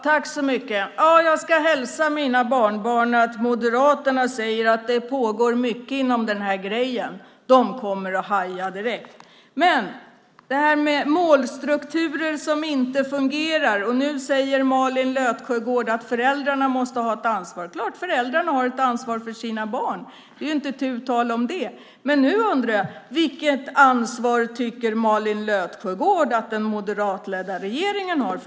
Herr talman! Jag ska hälsa mina barnbarn att Moderaterna säger att det pågår mycket inom den här grejen. De kommer att haja direkt. Det handlar om målstrukturer som inte fungerar. Nu säger Malin Löfsjögård att föräldrarna måste ha ett ansvar. Det är klart att föräldrarna har ett ansvar för sina barn. Det är inte tu tal om det. Men jag undrar nu: Vilket ansvar tycker Malin Löfsjögård att den moderatledda regeringen har?